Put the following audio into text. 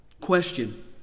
Question